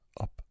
up